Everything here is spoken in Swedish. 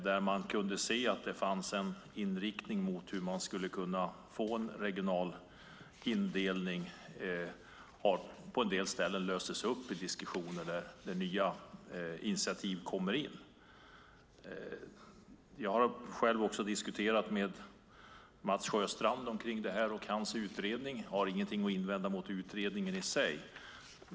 Där man kunde se att det fanns en inriktning mot hur man skulle kunna få en regional indelning har detta på en del ställen lösts upp i diskussioner där nya initiativ kommer in. Jag har själv diskuterat detta med Mats Sjöstrand. Jag har ingenting att invända mot hans utredning i sig.